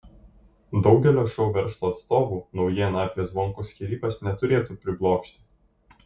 daugelio šou verslo atstovų naujiena apie zvonkų skyrybas neturėtų priblokšti